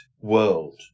world